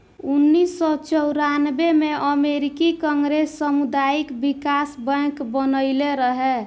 उनऽइस सौ चौरानबे में अमेरिकी कांग्रेस सामुदायिक बिकास बैंक बनइले रहे